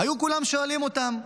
היו כולם שואלים אותם: